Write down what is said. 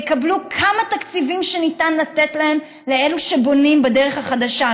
ויקבלו כמה תקציבים שניתן לתת לאלה שבונים בדרך החדשה.